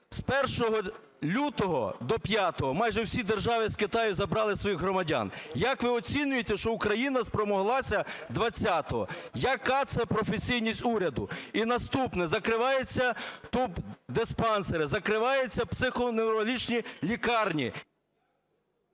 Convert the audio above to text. З 1 лютого до 5 майже всі держави з Китаю забрали своїх громадян. Як ви оцінюєте, що Україна спромоглася 20-го, яка це професійність уряду? І наступне. Закривається тубдиспансери, закриваються психоневрологічні лікарні...